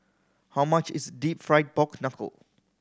how much is Deep Fried Pork Knuckle